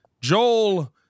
Joel